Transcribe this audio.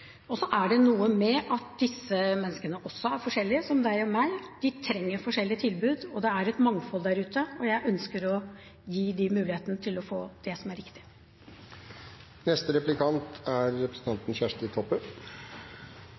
også er forskjellige, som deg og meg, de trenger forskjellige tilbud. Det er et mangfold der ute, og jeg ønsker å gi dem muligheten til å få det som er